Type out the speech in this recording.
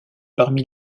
parmi